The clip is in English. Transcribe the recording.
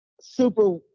super